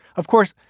of course,